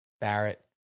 Barrett